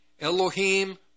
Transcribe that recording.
Elohim